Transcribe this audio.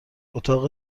اتاق